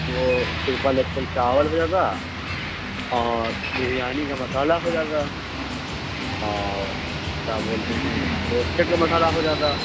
تو triple XL چاول ہو جاتا اور بریانی کا مسالحہ ہو جاتا اور کیا بولتے ہیں روسٹڈ کا مسالحہ ہو جاتا